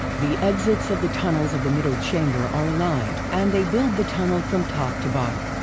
the exits of the tunnels of the middle chamber are aligned and they build the tunnel from top to bottom.